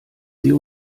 sie